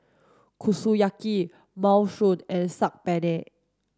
Kushiyaki Minestrone and Saag Paneer